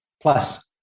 plus